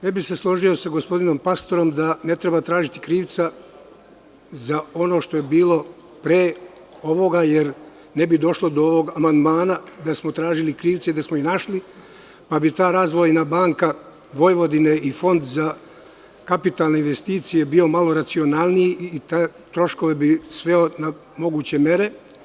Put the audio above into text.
Ne bih se složio sa gospodinom Pastorom da ne treba tražiti krivca za ono što je bilo pre ovoga, jer ne bi došlo do ovog amandmana, da smo tražili krivca i da smo ih našli, pa bi ta „Razvojna banka Vojvodine“ i Fond za kapitalne investicije bio malo racionalniji i troškove bi sveo na moguće mere.